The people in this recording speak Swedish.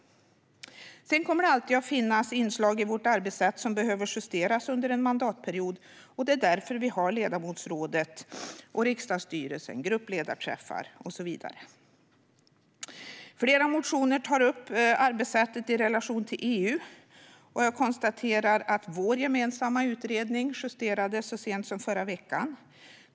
Sedan kommer det alltid att finnas inslag i vårt arbetssätt som behöver justeras under en mandatperiod, och det är därför vi har ledamotsrådet och riksdagsstyrelsen, gruppledarträffar och så vidare. Flera motioner tar upp arbetssättet i relation till EU. Jag konstaterar att vår gemensamma utredning justerades så sent som förra veckan.